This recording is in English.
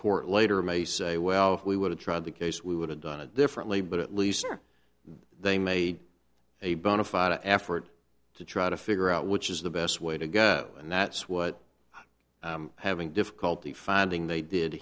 court later may say well if we were to try the case we would have done it differently but at least they made a bona fide effort to try to figure out which is the best way to go and that's what having difficulty finding they did